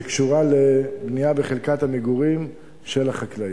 שקשורה לבנייה בחלקת המגורים של החקלאים.